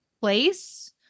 place